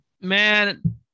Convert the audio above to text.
Man